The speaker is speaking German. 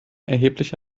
erheblich